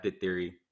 theory